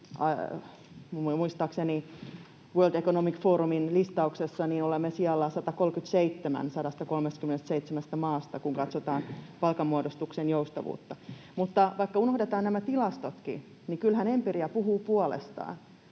Muistaakseni World Economic Forumin listauksessa olemme 137. sijalla 137 maasta, kun katsotaan palkanmuodostuksen joustavuutta. Mutta vaikka unohdetaankin nämä tilastot, kyllähän empiria puhuu puolestaan: